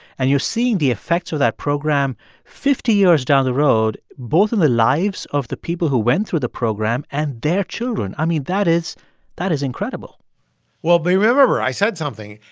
and you're seeing the effects of that program fifty years down the road both in the lives of the people who went through the program and their children. i mean, that is that is incredible well, remember i said something.